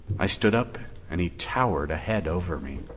i stood up and he towered a head over me.